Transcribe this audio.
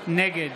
נגד